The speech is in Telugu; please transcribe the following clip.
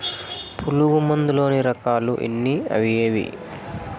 పులుగు మందు లోని రకాల ఎన్ని అవి ఏవి?